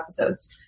episodes